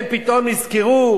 הם פתאום נזכרו: